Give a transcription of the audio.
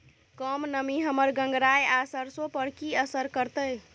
कम नमी हमर गंगराय आ सरसो पर की असर करतै?